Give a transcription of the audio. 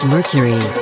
Mercury